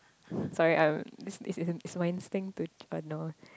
sorry I'm this it's my instinct to uh know